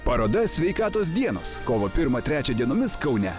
paroda sveikatos dienos kovo pirmą trečią dienomis kaune